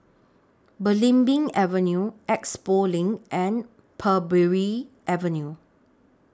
Belimbing Avenue Expo LINK and Parbury Avenue